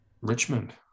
Richmond